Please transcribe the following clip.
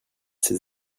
ces